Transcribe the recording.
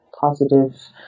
positive